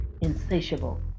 insatiable